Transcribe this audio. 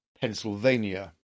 Pennsylvania